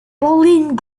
pauline